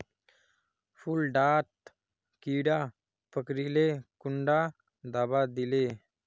फुल डात कीड़ा पकरिले कुंडा दाबा दीले?